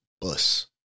bus